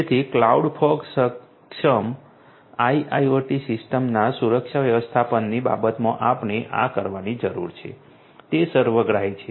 તેથી cloud fog સક્ષમ IIoT સિસ્ટમના સુરક્ષા વ્યવસ્થાપનની બાબતમાં આપણે આ કરવાની જરૂર છે તે સર્વગ્રાહી છે